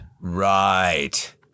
Right